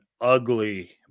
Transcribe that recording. ugly